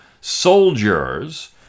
soldiers